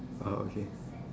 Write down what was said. oh okay